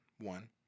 One